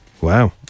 Wow